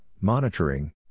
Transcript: monitoring